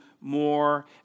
more